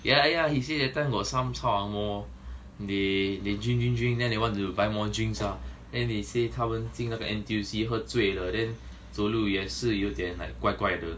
yeah yeah he say that time got some chao ang moh they they drink drink drink then they want to buy more drinks ah then he say 他们进那个 N_T_U_C 喝醉了 then 走路也是有点怪怪的